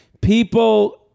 people